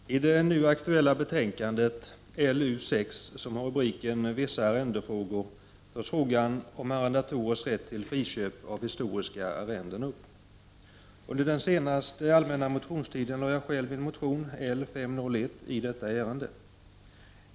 Herr talman! I det nu aktuella betänkandet, LU6, med rubriken vissa arrendefrågor, tas frågan om arrendatorers rätt till friköp av historiska arrenden upp. Under den senaste allmänna motionstiden väckte jag själv en motion i ärendet, L501.